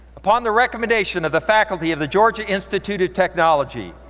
upon the recommendation of the faculty of the georgia institute of technology,